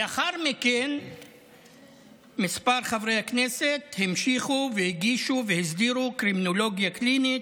לאחר מכן כמה חברי כנסת המשיכו והגישו והסדירו קרימינולוגיה קלינית,